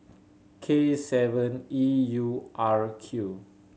K seven E U R Q